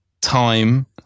Time